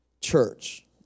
church